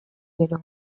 gero